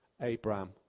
Abraham